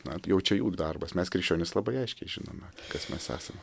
na jau čia jų darbas mes krikščionys labai aiškiai žinome kas mes esame